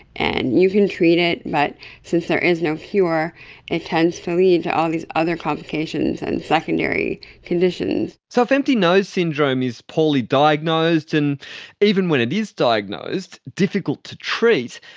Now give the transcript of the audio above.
and you can treat it but since there is no cure it tends to lead to all these other complications and secondary conditions. so if empty nose syndrome is poorly diagnosed and even when it is diagnosed difficult to treat,